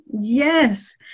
Yes